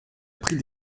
appris